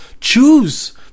choose